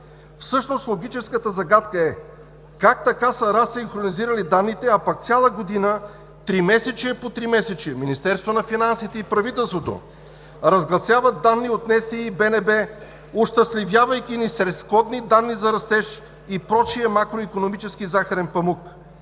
Всъщност логическата загадка е: как така са разсинхронизирали данните, а пък цялата година – тримесечие по тримесечие, Министерството на финансите и правителството разгласяват данни от НСИ и БНБ, ощастливявайки ни със сходни данни за растеж и прочие макроикономически захарен памук?!